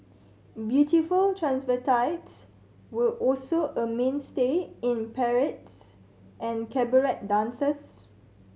beautiful transvestites were also a mainstay in parades and cabaret dances